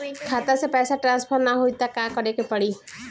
खाता से पैसा टॉसफर ना होई त का करे के पड़ी?